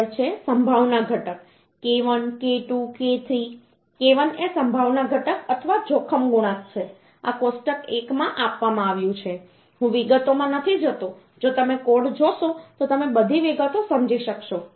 આગળ છે સંભાવના ઘટક k1 k2 k3 k1 એ સંભાવના ઘટક અથવા જોખમ ગુણાંક છે આ કોષ્ટક 1 માં આપવામાં આવ્યું છે હું વિગતોમાં નથી જતો જો તમે કોડ જોશો તો તમે બધી વિગતો સમજી શકશો